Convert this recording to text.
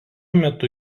metu